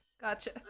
Gotcha